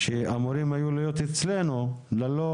שאמורים היו להיות אצלנו ללא